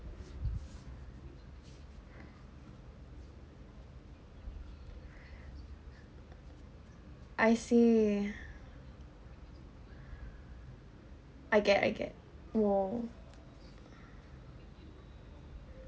I see I get I get !whoa!